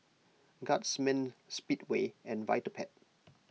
Guardsman Speedway and Vitapet